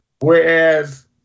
Whereas